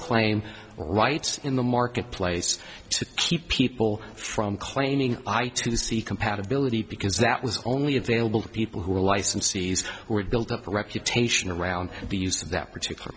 claim lights in the marketplace to keep people from claiming i to see compatibility because that was only available to people who licensees were built up the reputation around the use of that particular